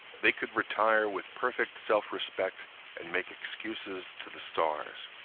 they could retire with perfect self-respect and make excuses to the stars.